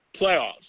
playoffs